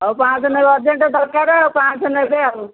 ହଉ ପାଞ୍ଚଶହ ନେବେ ଅରଜେଣ୍ଟ୍ ଦରକାର ଆଉ ପାଞ୍ଚଶହ ନେବେ ଆଉ